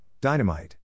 Dynamite